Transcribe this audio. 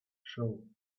show